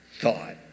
thought